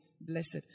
blessed